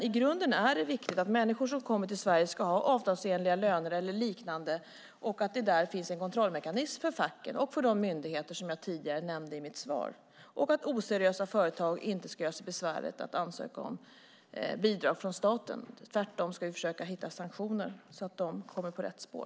I grunden är det viktigt att människor som kommer till Sverige ska ha avtalsenliga löner eller liknande och att det där finns en kontrollmekanism för facken och för de myndigheter som jag tidigare nämnde i mitt svar. Oseriösa företag ska inte göra sig besväret att ansöka om bidrag från staten. Tvärtom ska vi försöka hitta sanktioner så att de kommer på rätt spår.